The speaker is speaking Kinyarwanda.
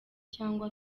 cyangwa